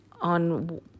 on